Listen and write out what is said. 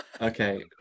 Okay